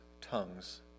tongues